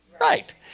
Right